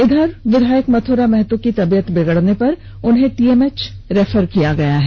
इधर विधायक मथुरा महतो की तबियत बिगड़ने पर उन्हें टीएमएच रेफर किया गया है